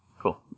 Cool